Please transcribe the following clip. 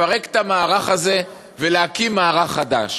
לפרק את המערך הזה ולהקים מערך חדש?